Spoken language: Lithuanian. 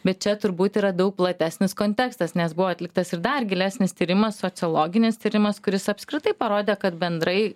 bet čia turbūt yra daug platesnis kontekstas nes buvo atliktas ir dar gilesnis tyrimas sociologinis tyrimas kuris apskritai parodė kad bendrai